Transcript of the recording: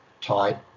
tight